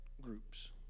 groups